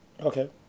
Okay